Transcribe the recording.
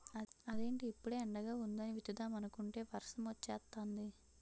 అదేటి ఇప్పుడే ఎండగా వుందని విత్తుదామనుకుంటే వర్సమొచ్చేతాంది